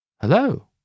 Hello